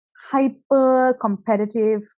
hyper-competitive